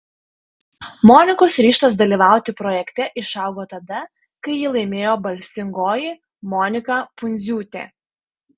monikos ryžtas dalyvauti projekte išaugo tada kai jį laimėjo balsingoji monika pundziūtė